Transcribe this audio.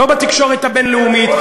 לא בתקשורת הבין-לאומית,